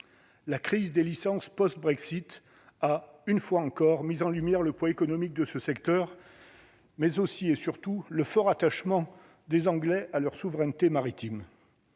la crise des licences post-Brexit a une fois encore mis en lumière le poids économique de ce secteur, mais aussi et surtout le fort attachement des Anglais à leur souveraineté maritime.